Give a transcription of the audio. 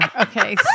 Okay